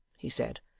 he said,